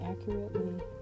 accurately